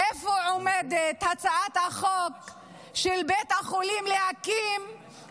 איפה עומדת הצעת החוק של הקמת בית החולים בסח'נין?